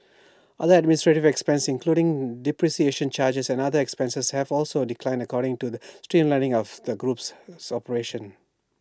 other administrative expenses including depreciation charges and other expenses have also declined accordingly to the streamlining of the group's